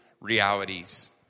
realities